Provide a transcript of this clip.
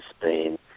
Spain